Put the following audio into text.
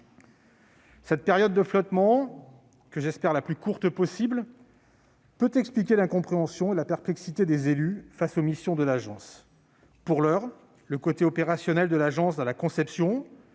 Cette période de flottement, que j'espère aussi courte que possible, peut expliquer l'incompréhension et la perplexité des élus face aux missions de l'Agence. En effet, à ce stade, le rôle opérationnel de l'Agence tant dans la conception